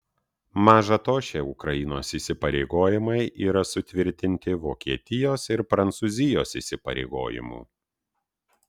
maža to šie ukrainos įsipareigojimai yra sutvirtinti vokietijos ir prancūzijos įsipareigojimų